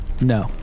No